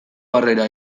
harrera